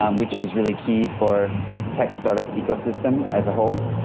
um which is really key for tech start-up ecosystems as a whole,